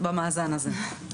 במאזן הזה.